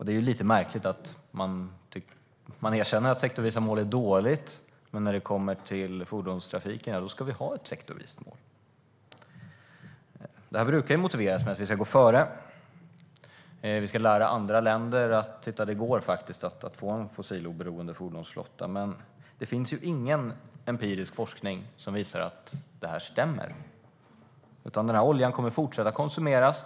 Det är lite märkligt att man erkänner att det är dåligt med sektorsvisa mål, men när det kommer till fordonstrafiken ska vi ha ett sektorsvist mål. Det här brukar motiveras med att vi ska gå före. Vi ska lära andra länder att det faktiskt går att få en fossiloberoende fordonsflotta. Men det finns ju ingen empirisk forskning som visar att det stämmer. Oljan kommer att fortsätta att konsumeras.